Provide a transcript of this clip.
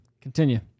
Continue